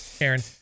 Aaron